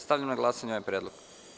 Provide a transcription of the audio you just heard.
Stavljam na glasanje ovaj predlog.